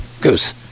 Goose